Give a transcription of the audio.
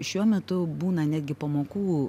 šiuo metu būna netgi pamokų